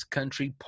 Country